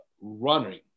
running